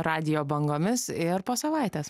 radijo bangomis ir po savaitės